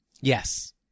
yes